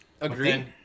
Agreed